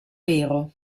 vero